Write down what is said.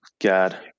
God